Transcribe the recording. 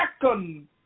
second